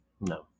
no